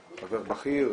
חבר בכיר,